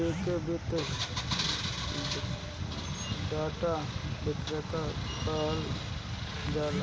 एके वित्तीय डाटा विक्रेता कहल जाला